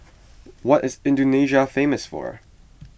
what is Indonesia famous for